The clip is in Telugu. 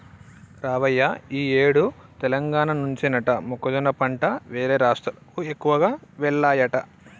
రావయ్య ఈ ఏడు తెలంగాణ నుంచేనట మొక్కజొన్న పంట వేరే రాష్ట్రాలకు ఎక్కువగా వెల్లాయట